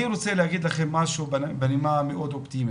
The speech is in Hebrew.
אני רוצה להגיד לכם משהו בנימה מאוד אופטימית.